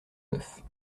neuf